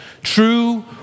True